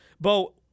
Bo